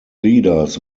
leaders